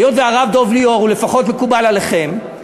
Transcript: היות שהרב דב ליאור הוא לפחות מקובל עליכם,